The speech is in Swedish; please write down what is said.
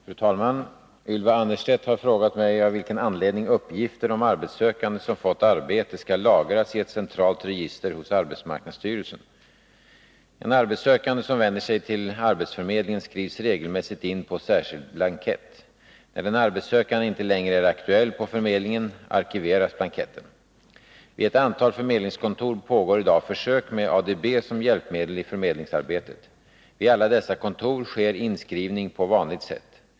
Fru talman! Ylva Annerstedt har frågat mig av vilken anledning uppgifter om arbetssökande som fått arbete skall lagras i ett centralt register hos arbetsmarknadsstyrelsen. En arbetssökande som vänder sig till arbetsförmedlingen skrivs regelmässigt in på en särskild blankett. När den arbetssökande inte längre är aktuell på förmedlingen arkiveras blanketten. Vid ett antal förmedlingskontor pågår i dag försök med ADB som hjälpmedel i förmedlingsarbetet. Vid alla dessa kontor sker inskrivning på vanligt sätt.